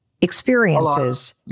experiences